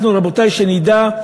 אנחנו, רבותי, שנדע,